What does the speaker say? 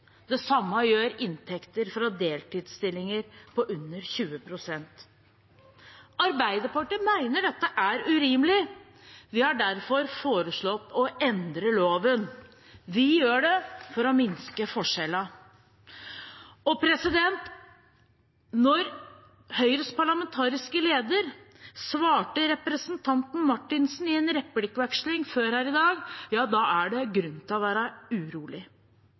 Det samme gjør inntekter fra deltidsstillinger på under 20 pst. Arbeiderpartiet mener dette er urimelig. Vi har derfor foreslått å endre loven. Vi gjør det for å minske forskjellene. Etter Høyres parlamentariske leders svar til representanten Marthinsen i en replikkveksling tidligere her i dag er det grunn til å være urolig.